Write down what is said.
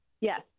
Yes